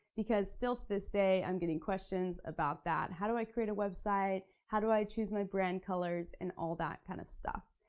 because still to this day i'm getting questions about that. how do i create a website? how do i choose my brand colors? and all that kind of stuff.